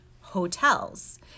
hotels